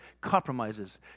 compromises